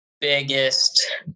biggest